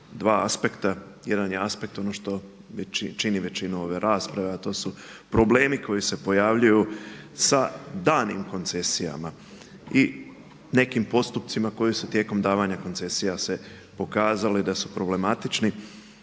dva aspekta, jedan je aspekt ono što čini većinu ove rasprave, a to su problemi koji se pojavljuju sa danim koncesijama i nekim postupcima koji su se tijekom davanja koncesije pokazali da su problematični.